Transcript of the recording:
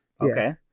Okay